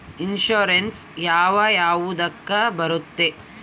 Insurance ಯಾವ ಯಾವುದಕ್ಕ ಬರುತ್ತೆ?